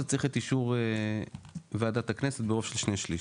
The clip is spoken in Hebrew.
זה צריך את אישור ועדת הכנסת ברוב של שני שליש.